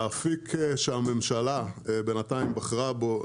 האפיק שהממשלה בחרה בו בינתיים,